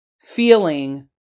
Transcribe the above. feeling